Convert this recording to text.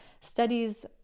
studies